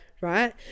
right